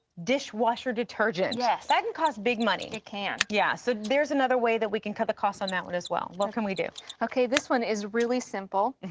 dishwasher detergent. yes. that and can big money. it can. yeah, so theres another way that we can cut the cost on that one, as well. what can we do okay, this one is really simple.